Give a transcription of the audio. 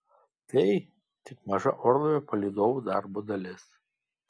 tai tik maža orlaivio palydovų darbo dalis